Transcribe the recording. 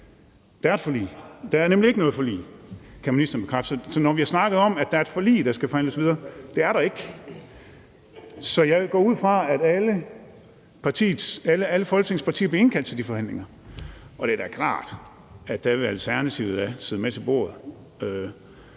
der er ikke noget forlig, kan ministeren bekræfte. Så når vi har snakket om, at der er et forlig, der skal forhandles videre, så er det der ikke. Så jeg går ud fra, at alle Folketingets partier bliver indkaldt til de forhandlinger. Og det er da klart, at der vil Alternativet sidde med ved bordet.